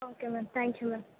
okay ma'am thank you ma'am